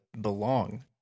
belong